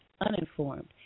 uninformed